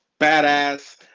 badass